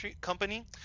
company